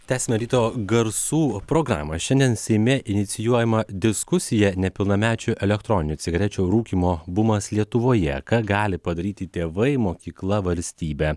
tęsiame ryto garsų programą šiandien seime inicijuojama diskusija nepilnamečių elektroninių cigarečių rūkymo bumas lietuvoje ką gali padaryti tėvai mokykla valstybė